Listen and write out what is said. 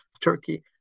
Turkey